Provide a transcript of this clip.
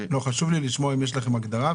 חשוב לי לשמוע אם יש לכם הגדרה.